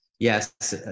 Yes